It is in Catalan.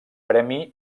premi